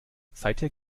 seither